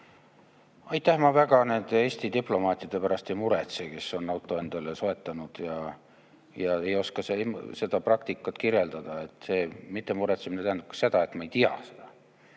Aitäh! Ma väga nende Eesti diplomaatide pärast ei muretse, kes on auto endale soetanud, ja ei oska seda praktikat kirjeldada. Mitte muretsemine tähendab ka seda, et ma ei tea seda.